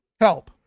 Help